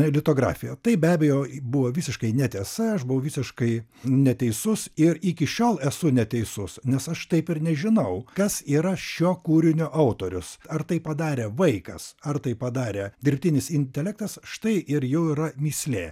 litografija tai be abejo buvo visiškai netiesa aš buvau visiškai neteisus ir iki šiol esu neteisus nes aš taip ir nežinau kas yra šio kūrinio autorius ar tai padarė vaikas ar tai padarė dirbtinis intelektas štai ir jau yra mįslė